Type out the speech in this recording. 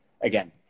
again